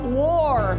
war